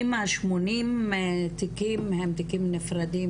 אם ה-80 תיקים הם תיקים נפרדים